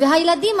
והילדים,